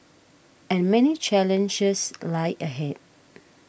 and many challenges lie ahead